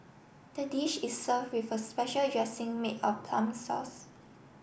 the dish is serve with a special dressing made of plum sauce